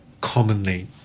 commonly